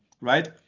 right